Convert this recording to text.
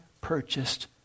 purchased